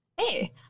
Hey